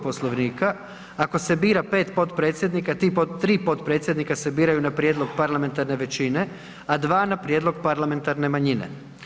Poslovnika ako se bira pet potpredsjednika, tri potpredsjednika se biraju na prijedlog parlamentarne većina, a dva na prijedlog parlamentarne manjine.